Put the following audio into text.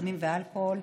סמים ואלכוהול,